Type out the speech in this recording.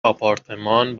آپارتمان